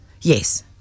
Yes